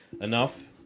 enough